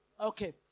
Okay